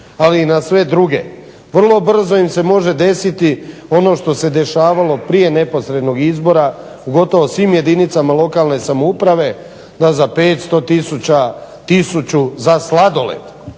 ali i na sve druge. Vrlo brzo im se može desiti ono što se dešavalo prije neposrednog izbora u gotovo svim jedinicama lokalne samouprave da za 500000, tisuću za sladoled